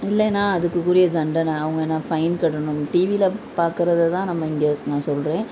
இல்லைன்னா அதுக்குக்குரிய தண்டனை அவங்க என்ன ஃபைன் கட்டணும் டிவியில் பார்க்கறததான் நம்ம இங்கே நான் சொல்கிறேன்